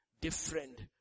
different